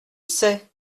sait